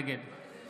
נגד